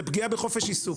זה פגיעה בחופש עיסוק,